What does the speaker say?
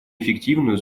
эффективную